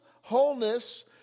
wholeness